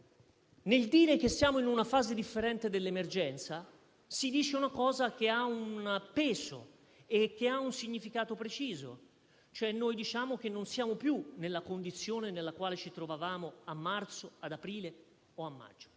nel dire che siamo in una fase differente dell'emergenza si dice una cosa che ha un peso e un significato preciso. Stiamo dicendo, cioè, che non siamo più nella condizione nella quale ci trovavamo a marzo, ad aprile o a maggio;